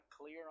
clear